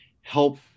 help